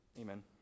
Amen